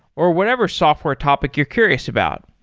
or whatever software topic you're curious about.